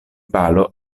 balo